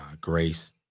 grace